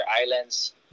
islands